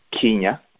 Kenya